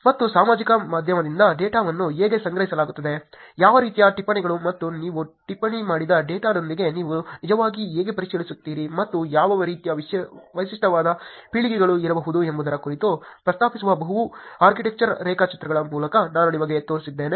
ಮತ್ತು ಸಾಮಾಜಿಕ ಮಾಧ್ಯಮದಿಂದ ಡೇಟಾವನ್ನು ಹೇಗೆ ಸಂಗ್ರಹಿಸಲಾಗುತ್ತದೆ ಯಾವ ರೀತಿಯ ಟಿಪ್ಪಣಿಗಳು ಮತ್ತು ನೀವು ಟಿಪ್ಪಣಿ ಮಾಡಿದ ಡೇಟಾದೊಂದಿಗೆ ನೀವು ನಿಜವಾಗಿ ಹೇಗೆ ಪರಿಶೀಲಿಸುತ್ತೀರಿ ಮತ್ತು ಯಾವ ರೀತಿಯ ವೈಶಿಷ್ಟ್ಯದ ಪೀಳಿಗೆಗಳು ಇರಬಹುದು ಎಂಬುದರ ಕುರಿತು ಪ್ರಸ್ತಾಪಿಸುವ ಬಹು ಆರ್ಕಿಟೆಕ್ಚರ್ ರೇಖಾಚಿತ್ರಗಳ ಮೂಲಕ ನಾನು ನಿಮಗೆ ತಿಳಿಸಿದ್ದೇನೆ